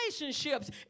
relationships